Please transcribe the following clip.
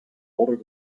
older